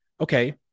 okay